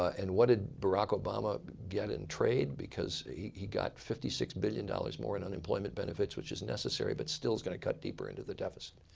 and what did barack obama get in trade. because he he got fifty six billion dollars more in unemployment benefits, which is necessary but still is going to cut deeper into the deficit.